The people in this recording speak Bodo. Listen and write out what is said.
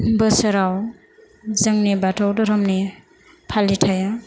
बोसोराव जोंनि बाथौ दोहोरोमनि फालिथाइया